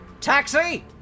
Taxi